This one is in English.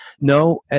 No